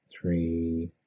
three